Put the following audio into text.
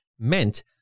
meant